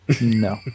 No